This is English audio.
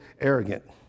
arrogant